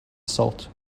assault